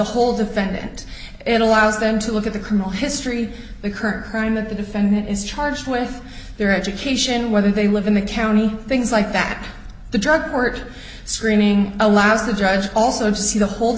whole defendant and allows them to look at the criminal history the current crime of the defendant is charged with their education whether they live in the county things like that the drug court screening allows the judge also see the whole